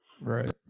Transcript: Right